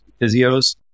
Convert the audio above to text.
physios